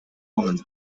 romans